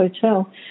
Hotel